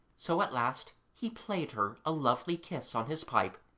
so at last he played her a lovely kiss on his pipe,